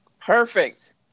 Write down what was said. Perfect